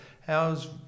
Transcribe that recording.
How's